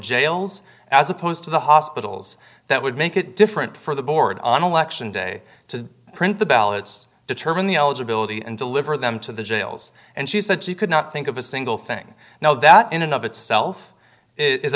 jails as opposed to the hospitals that would make it different for the board on election day to print the ballots determine the eligibility and deliver them to the jails and she said she could not think of a single thing now that in and of itself is a